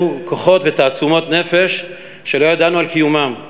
כוחות ותעצומות נפש שלא ידענו על קיומם.